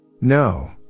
No